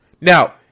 Now